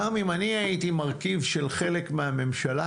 גם אם אני הייתי מרכיב של חלק מהממשלה,